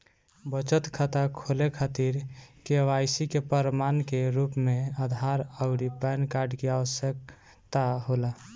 बचत खाता खोले खातिर के.वाइ.सी के प्रमाण के रूप में आधार आउर पैन कार्ड की आवश्यकता होला